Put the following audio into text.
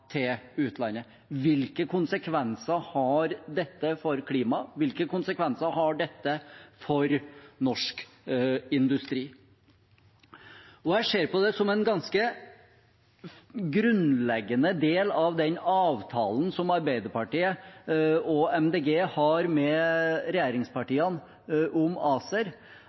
til utlandet: Hvilke konsekvenser har dette for klimaet? Hvilke konsekvenser har dette for norsk industri? Jeg ser på det som en ganske grunnleggende del av den avtalen som Arbeiderpartiet og Miljøpartiet De Grønne har med regjeringspartiene om ACER,